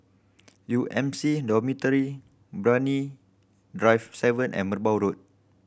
U M C Dormitory Brani Drive Seven and Merbau Road